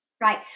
Right